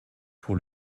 pour